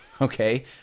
Okay